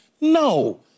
No